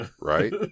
Right